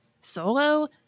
Solo